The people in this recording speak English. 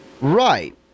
Right